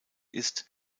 ist